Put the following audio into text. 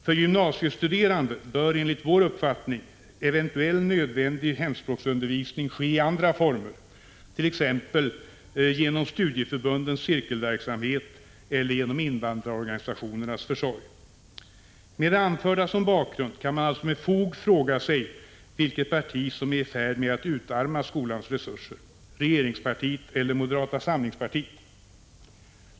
För gymnasiestuderande bör enligt vår uppfattning eventuell nödvändig hemspråksundervisning ske i andra former, t.ex. genom studieförbundens cirkelverksamhet eller genom invandrarorganisationernas försorg. Med det anförda som bakgrund kan man alltså med fog fråga sig vilket parti som är i färd med att utarma skolans resurser, regeringspartiet eller moderata samlingspartiet?